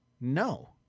no